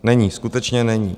Není, skutečně není.